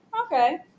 okay